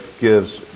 gives